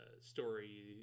story